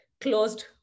closed